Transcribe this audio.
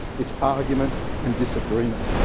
it's argument and disagreement.